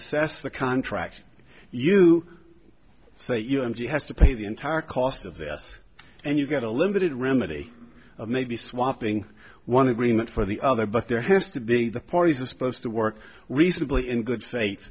assess the contract you say you know and you has to pay the entire cost of vest and you've got a limited remedy of maybe swapping one agreement for the other but there has to be the parties are supposed to work reasonably in good